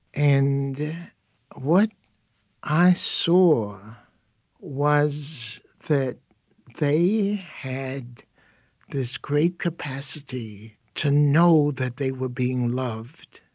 and what i saw was that they had this great capacity to know that they were being loved,